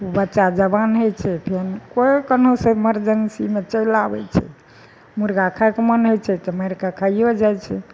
ओ बच्चा जवान होइ छै फेर कोइ कन्नो सँ मरजेंसीमे चैलि आबै छै मुर्गा खाइके मोन होइ छै तऽ मारि कऽ खाइयो जाइ छै